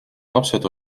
lapsed